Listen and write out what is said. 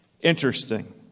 Interesting